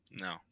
No